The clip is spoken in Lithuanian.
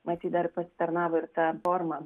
matyt dar pasitarnavo ir ta forma